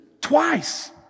twice